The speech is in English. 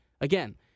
again